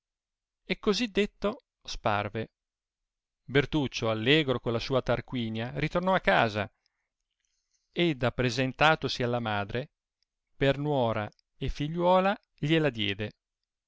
e così detto sparve bertuccio allegro con la sua tarquinia ritornò a casa ed appresentatosi alla madre per nuora e figliuola glie la diede